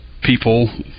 people